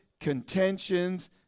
contentions